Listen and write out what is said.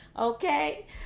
Okay